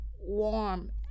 warm